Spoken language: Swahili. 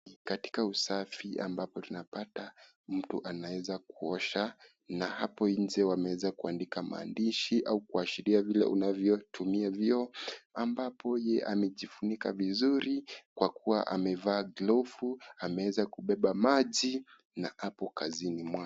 Katika usafi ambapo tunapata, mtu anaeza kuosha na hapo nje wameweza kuandika maandishi au kuashiria vile unavyotumia vyoo ambapo yeye amejivunika vizuri kwa kuwa amevaa glovu, ameweza kubeba maji na hapo kazini mwake.